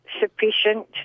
sufficient